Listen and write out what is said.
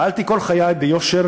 פעלתי כל חיי ביושר,